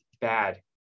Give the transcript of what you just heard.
bad